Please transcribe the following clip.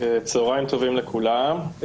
צהריים טובים לכולם.